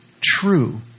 true